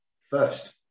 first